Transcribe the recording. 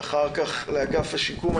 אחר כך לאגף השיקום.